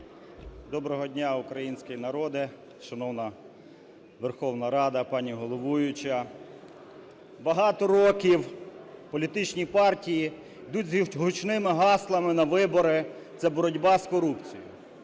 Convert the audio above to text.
Доброго дня, український народе, шановна Верховна Рада, пані головуюча. Багато років політичні партії йдуть з гучними гаслами на вибори – це боротьба з корупцією.